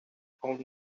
found